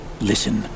listen